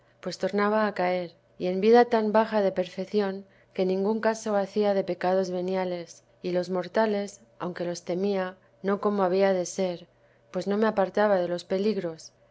pues tornaba a caer y en vida tan baja de perfección que ningún caso casi hacía de pecados veniales y los mortales aunque los temía no como había de ser pues no me apartaba de los peligros